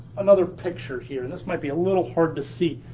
another picture here, and this might be a little hard to see.